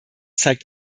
zeigt